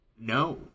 No